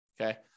Okay